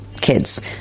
kids